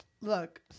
Look